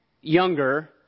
younger